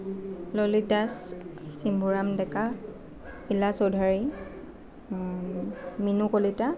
Lalit Das Chimbhoram Deka Ila Choudhury Minu Kalita